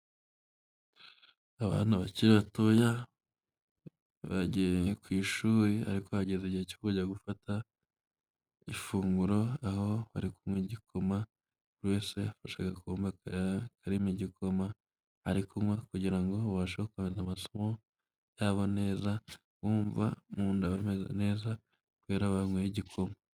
Abantu bakiri batoya bagiye ku ishuri ariko hageze igihe cyo kujya gufata ifunguro, aho bari kunywa igikoma. buri wese yafashe agakombe karimo igikoma ari kunywa kugirango ngo babashe kujya mu masomo yabo neza bumva mu nda bameze neza kubera banyweye igikoma.